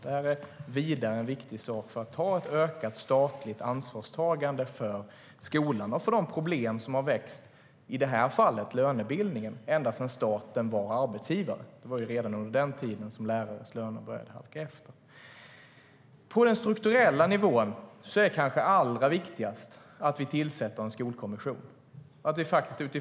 Detta är vidare en viktig sak för att göra ett ökat statligt ansvarstagande för skolan och för de problem - i det här fallet lönebildningen - som har växt ända sedan staten var arbetsgivare. Det var ju redan under den tiden som lärarnas löner började halka efter. På den strukturella nivån är det kanske allra viktigaste att vi tillsätter en skolkommission.